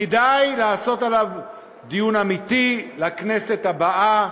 כדאי לעשות עליו דיון אמיתי לכנסת הבאה,